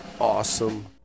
awesome